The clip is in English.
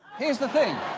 here's the thing.